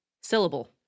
syllable